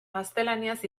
gaztelaniaz